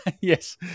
yes